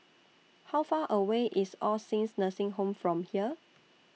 How Far away IS All Saints Nursing Home from here